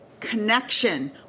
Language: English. connection